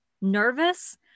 nervous